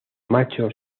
macho